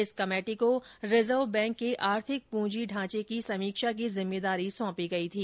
इस कमेटी को reserve bank के आर्थिक पूंजी ढांचे की समीक्षा की जिम्मेदारी सौंपी गई थी